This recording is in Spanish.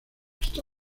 está